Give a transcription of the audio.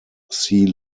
sea